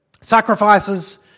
Sacrifices